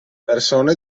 persone